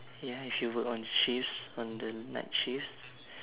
ya if you work on shifts on the night shifts